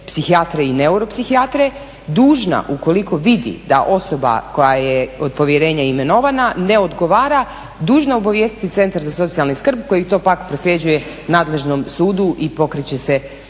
psihijatre i neuropsihijatre dužna ukoliko vidi da osoba koja je od povjerenja imenovana ne odgovara, dužna obavijestiti centar za socijalnu skrb koji to pak prosljeđuje nadležnom sudu i pokreće se